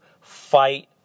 fight